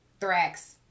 Thrax